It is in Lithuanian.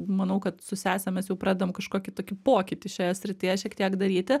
manau kad su sese mes jau pradedam kažkokį tokį pokytį šioje srityje šiek tiek daryti